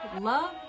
love